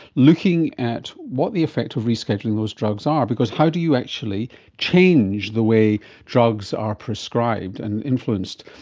looking at what the effect of rescheduling those drugs are, because how do you actually change the way drugs are prescribed and influenced,